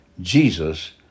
Jesus